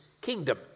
kingdom